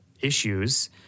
issues